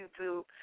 YouTube